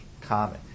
common